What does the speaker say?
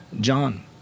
John